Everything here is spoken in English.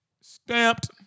Stamped